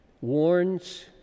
warns